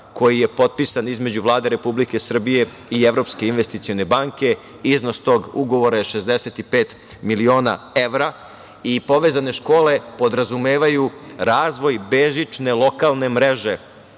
koji je potpisan između Vlade Republike Srbije i Evropske investicione banke. Iznos tog ugovora je 65 miliona evra. Povezane škole podrazumevaju razvoj bežične lokalne mreže,